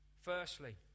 Firstly